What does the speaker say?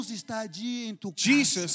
Jesus